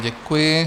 Děkuji.